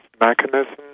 mechanism